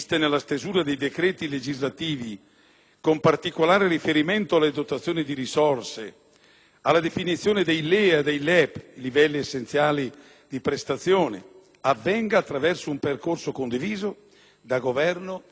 con particolare riferimento alle dotazioni di risorse, alla definizione dei LEA e dei LEP, avvenga attraverso un percorso condiviso da Governo, Regioni ed autonomie locali.